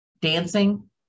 dancing